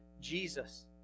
Jesus